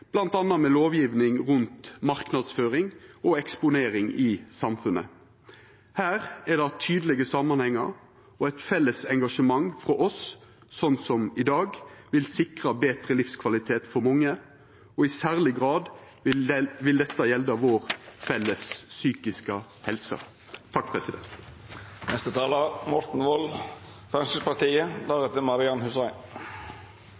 med bl.a. lovgjeving rundt marknadsføring og eksponering i samfunnet. Her er det tydelege samanhengar. Eit felles engasjement frå oss, som i dag, vil sikra betre livskvalitet for mange. I særleg grad vil dette gjelda vår felles psykiske helse.